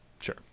Sure